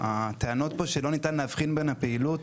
הטענות פה שלא ניתן להבחין בין הפעילות,